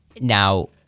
Now